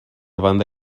banda